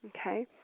Okay